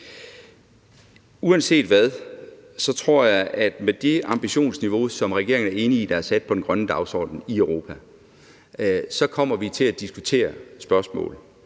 Uanset hvad, tror jeg, at med det ambitionsniveau, som regeringen er enig i, der er sat på den grønne dagsorden i Europa, så kommer vi til at diskutere spørgsmålet.